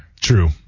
True